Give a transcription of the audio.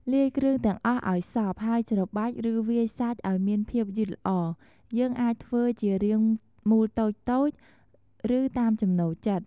លាយគ្រឿងទាំងអស់ឱ្យសព្វ ហើយច្របាច់ ឬវាយសាច់ឱ្យមានភាពយឺតល្អ។យើងអាចធ្វើជារាងមូលតូចៗ ឬតាមចំណូលចិត្ត។